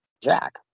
Jack